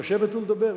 לשבת ולדבר,